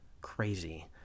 crazy